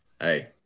hey